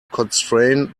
constrain